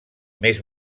més